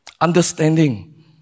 understanding